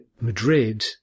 Madrid